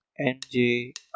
NJ